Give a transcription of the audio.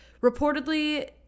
Reportedly